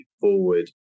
forward